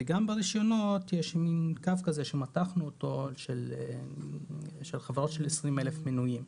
וגם ברישיונות יש קו כזה שמתחנו אותו של חברות של 20,000 מנויים,